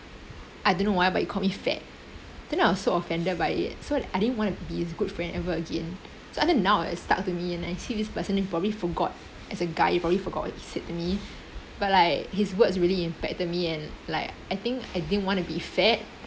I don't know why but he called me fat then I was so offended by it so I didn't want to be his good friend ever again so until now it stuck to me and I see this person you probably forgot as a guy he probably forgot what he said to me but like his words really impacted me and like I think I didn't want to be fat